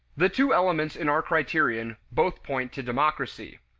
the two elements in our criterion both point to democracy.